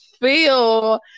feel